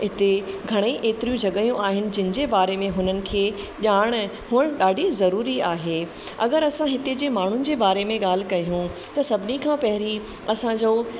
हिते घणेई एतिरियूं जॻहियूं आहिनि जिन जे बारे में हुनन खे ॼाण हुअण ॾाढी ज़रूरी आहे अगरि असां हिते जे माण्हुनि जे बारे में ॻाल्हि कयूं त सभिनी खां पहिरीं असांजो